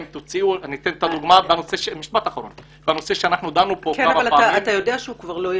דוגמה בנושא שכבר דנו פה --- אתה יודע שהוא כבר לא ידבר.